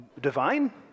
divine